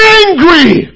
angry